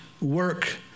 work